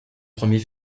premier